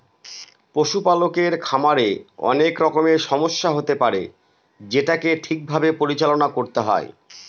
পশুপালকের খামারে অনেক রকমের সমস্যা হতে পারে যেটাকে ঠিক ভাবে পরিচালনা করতে হয়